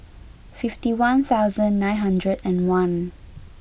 fifty one nine hundred and one